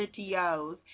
videos